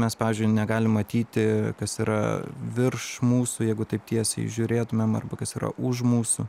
mes pavyzdžiui negalim matyti kas yra virš mūsų jeigu taip tiesiai žiūrėtumėm arba kas yra už mūsų